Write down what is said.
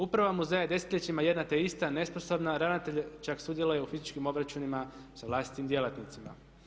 Uprava muzeja je desetljećima jedno te ista, nesposobna, ravnatelj čak sudjeluje u fizičkim obračunima sa vlastitim djelatnicima.